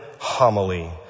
homily